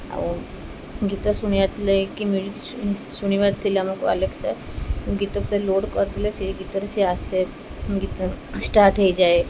ଆଉ ଗୀତ ଶୁଣିବାର ଥିଲେ କି ନ୍ୟୁଜ୍ ଶୁଣିବାର ଥିଲେ ଆମକୁ ଆଲେକ୍ସା ଗୀତଟେ ଲୋଡ଼୍ କରିଥିଲେ ସେଇ ଗୀତରେ ସେ ଆସେ ଗୀତ ଷ୍ଟାର୍ଟ୍ ହୋଇଯାଏ